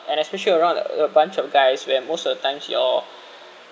and especially around a bunch of guys where most of the times your